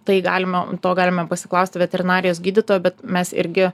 tai galima to galima pasiklausti veterinarijos gydytojo bet mes irgi